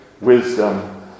wisdom